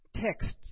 texts